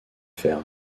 fer